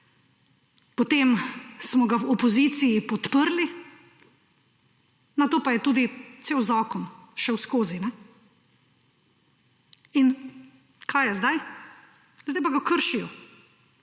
potem smo ga v opoziciji podprli, nato pa je tudi cel zakon šel skozi. In kaj je sedaj? Sedaj pa ga kršijo